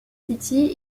city